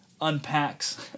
unpacks